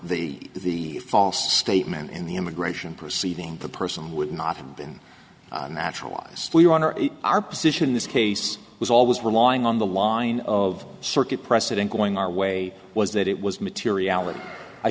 the false statement in the immigration proceeding the person would not have been naturalized your honor our position in this case was always relying on the line of circuit precedent going our way was that it was materiality i